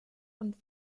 und